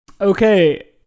Okay